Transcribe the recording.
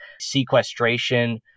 sequestration